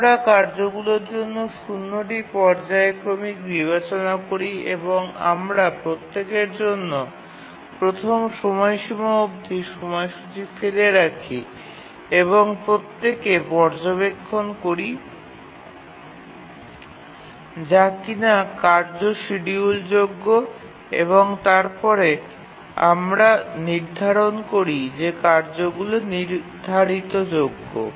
আমরা কার্যগুলির জন্য ০ টি পর্যায়ক্রমিক বিবেচনা করি এবং আমরা প্রত্যেকের জন্য প্রথম সময়সীমা অবধি সময়সূচী ফেলে রাখি এবং প্রত্যেকে পর্যবেক্ষণ করি যা কিনা কার্য শিডিউলযোগ্য এবং তারপরে আমরা নির্ধারণ করি যে কার্যগুলি নির্ধারিতযোগ্য